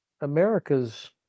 America's